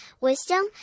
wisdom